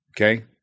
okay